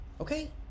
okay